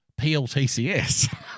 PLTCS